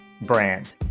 brand